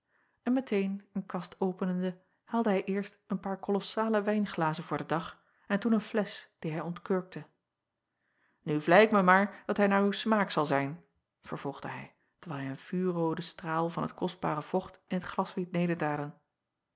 n meteen een kast openende haalde hij eerst een paar kolossale wijnglazen voor den dag en toen een flesch die hij ontkurkte u vlei ik mij maar dat hij naar uw smaak zal zijn vervolgde hij terwijl hij een vuurrooden straal van het kostbare vocht in het glas liet